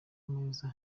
meza